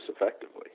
effectively